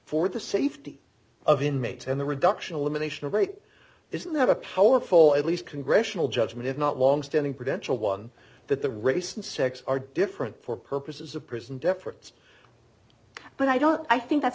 for the safety of inmates and the reduction elimination of rape isn't that a powerful at least congressional judgment if not long standing preventable one that the race and sex are different for purposes of prison difference but i don't i think that's